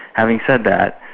having said that,